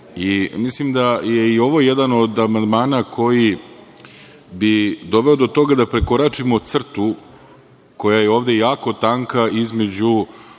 da je i ovo jedan od amandmana koji bi doveo do toga da prekoračimo crtu koja je ovde jako tanka, između